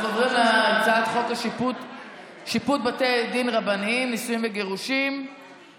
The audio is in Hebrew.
אנחנו עוברים להצעת חוק שיפוט בתי דין רבניים (נישואין וגירושין),